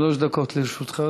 שלוש דקות לרשותך,